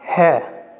হ্যাঁ